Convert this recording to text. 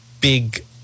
big